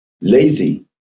Lazy